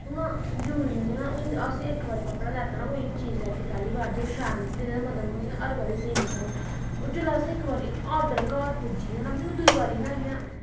हून जरूरी नी ऐ ना हून असें इक बारी कपड़ा लैता ना कोई चीज लैती पैहली बार ते ओह् शैल निकली ते हून ओह्दा मतलब नी के हर बार स्हेई नकलनी ओह् जेल्लै इक्क बारी आर्डर घर पुज्जी गेआ ना फ्ही ओह् दूटई बारी ना इ'यां